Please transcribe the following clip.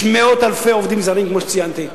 יש מאות אלפי עובדים זרים, כמו שציינתי,